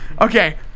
Okay